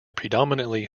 predominantly